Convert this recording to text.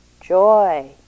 joy